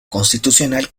constitucional